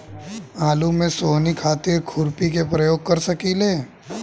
आलू में सोहनी खातिर खुरपी के प्रयोग कर सकीले?